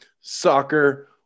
soccer